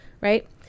right